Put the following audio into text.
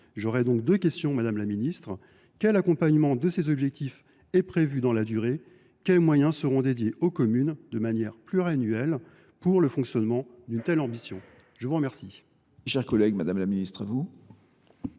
J’aurais donc deux questions, madame la ministre. Quel accompagnement de ces objectifs prévoyez vous dans la durée ? Et quels moyens seront dédiés aux communes, de manière pluriannuelle, pour le fonctionnement d’une telle ambition ? La parole